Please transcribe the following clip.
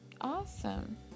Awesome